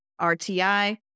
RTI